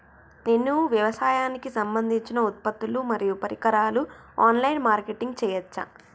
నేను వ్యవసాయానికి సంబంధించిన ఉత్పత్తులు మరియు పరికరాలు ఆన్ లైన్ మార్కెటింగ్ చేయచ్చా?